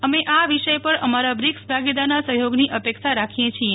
અમે આ વિષય પર અમારા બ્રિક્સ ભાગીદારના સફયોગની અપેક્ષા રાખીએ છીએ